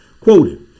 quoted